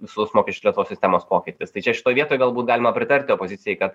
visos mokesčių sistemos pokytis tai čia šitoj vietoj galbūt galima pritarti opozicijai kad